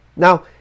Now